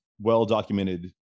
well-documented